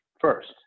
First